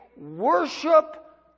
worship